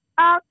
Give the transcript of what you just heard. Okay